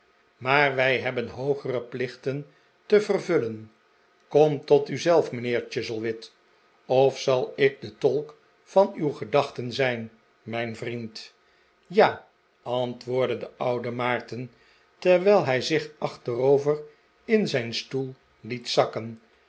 maar wij hebben hoogere plichten te vervullen kom tot u zelf mijnheer chuzzlewit of zal ik de tolk van uw gedachten zijn mijn vriend ja antwoordde de oude maarten terwijl hij zich achterover in zijn stoel liet zakken